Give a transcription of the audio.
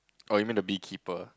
or even the beekeeper